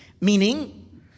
Meaning